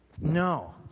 no